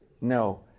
no